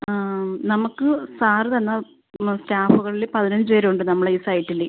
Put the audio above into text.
ആ നമുക്ക് സാർ തന്ന സ്റ്റാഫുകളിൾ പതിനഞ്ച് പേരുണ്ട് നമ്മളെ ഈ സൈറ്റിൽ